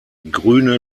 grüne